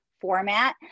format